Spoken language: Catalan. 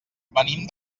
venim